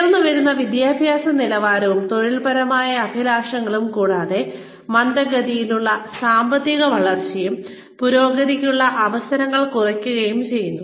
ഉയർന്നുവരുന്ന വിദ്യാഭ്യാസ നിലവാരവും തൊഴിൽപരമായ അഭിലാഷങ്ങളും കൂടാതെ മന്ദഗതിയിലുള്ള സാമ്പത്തിക വളർച്ചയും പുരോഗതിക്കുള്ള അവസരങ്ങൾ കുറയുകയും ചെയ്യുന്നു